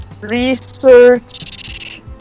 research